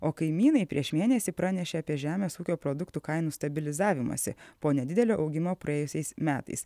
o kaimynai prieš mėnesį pranešė apie žemės ūkio produktų kainų stabilizavimąsi po nedidelio augimo praėjusiais metais